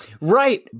Right